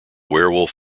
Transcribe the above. werewolf